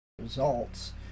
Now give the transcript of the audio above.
Results